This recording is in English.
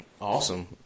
Awesome